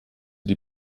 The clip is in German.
die